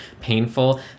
painful